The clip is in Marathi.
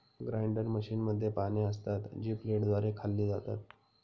ग्राइंडर मशीनमध्ये पाने असतात, जी ब्लेडद्वारे खाल्ली जातात